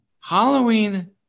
Halloween